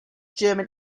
german